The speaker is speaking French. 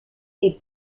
des